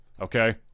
okay